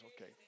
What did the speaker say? Okay